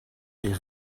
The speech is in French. est